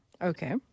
Okay